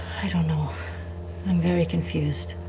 i don't know. i'm very confused.